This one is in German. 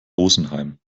rosenheim